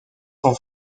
son